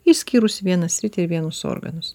išskyrus vieną sritį vienus organus